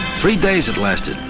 three days it lasted,